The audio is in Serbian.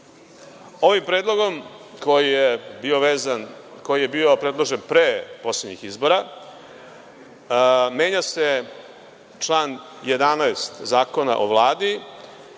Ovim predlogom, koji je bio predložen pre poslednjih izbora, menja se član 11. Zakona o Vladi